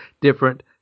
different